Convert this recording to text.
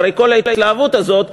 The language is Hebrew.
אחרי כל ההתלהבות הזאת,